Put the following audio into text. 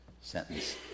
sentence